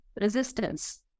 resistance